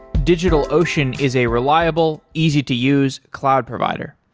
digitalocean is a reliable, easy to use cloud provider.